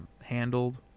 handled